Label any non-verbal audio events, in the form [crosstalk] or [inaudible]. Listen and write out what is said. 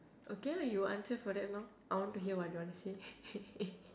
okay lah you answer for that lor I want to hear what you want to say [laughs]